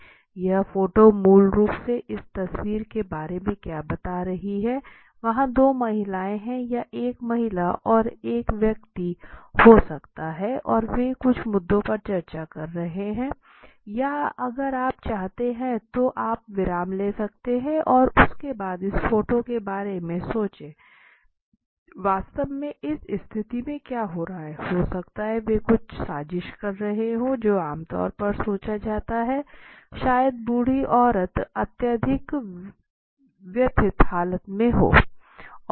यह फोटो मूल रूप से इस तस्वीर के बारे में क्या बात कर रही है वहाँ दो महिलाएं हैं या एक महिला और एक व्यक्ति हो सकता है और वे कुछ मुद्दे पर चर्चा कर रहे है या अगर आप चाहते हैं तो आप विराम ले सकते हैं और उसके बाद इस फोटो के बारे में सोचें वास्तव में इस स्थिति में क्या हो रहा है हो सकता है कि वे कुछ साजिश कर रही हो जो आम तौर पर सोचा जाता है शायद बूढ़ी औरत अत्यधिक व्यथित हालत में हो